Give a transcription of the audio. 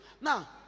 now